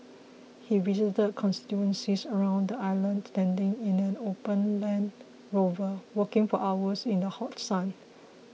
he visited constituencies around the island standing in an open Land Rover walking for hours in the hot sun